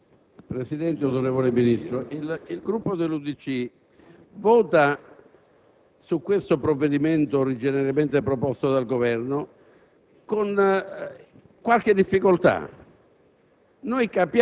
Per questo, il voto contrario che il nostro Gruppo esprime sul complesso del provvedimento in discussione in questa occasione ha un contenuto e sfumature del tutto diverse dalle altre questioni finora trattate in quest'Aula.